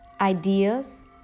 ideas